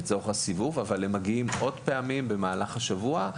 אבל הפקחים מגיעים עוד פעמיים במהלך השבוע.